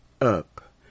up